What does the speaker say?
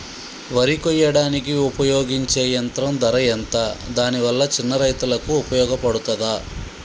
వరి కొయ్యడానికి ఉపయోగించే యంత్రం ధర ఎంత దాని వల్ల చిన్న రైతులకు ఉపయోగపడుతదా?